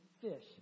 fish